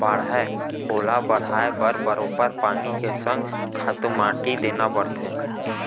बाड़हय ओला बड़हाय बर बरोबर पानी के संग खातू माटी देना परथे